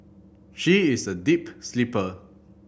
she is a deep sleeper